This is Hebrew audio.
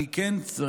כמובן,